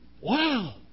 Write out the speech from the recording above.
Wow